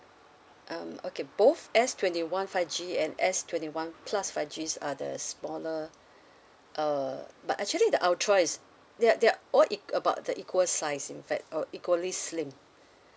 um okay both S twenty one five G and S twenty one plus five Gs are the smaller uh but actually the ultra is they are they are all eq~ about the equal size in fact all equally slim